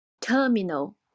terminal